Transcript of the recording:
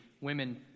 women